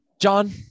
john